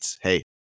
hey